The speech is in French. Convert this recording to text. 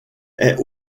est